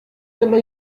dello